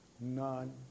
none